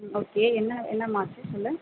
okay என்ன என்னம்மா ஆச்சு சொல்லு